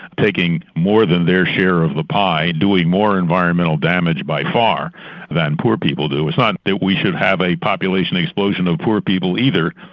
taking more than their share of the pie and doing more environmental damage by far than poor people do. it's not that we should have a population explosion of poor people either,